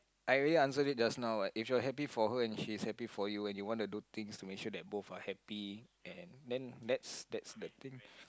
I already answer it just now what if you're happy for her and she is happy for you and you want to do things to make sure that both are happy and then that's that's the thing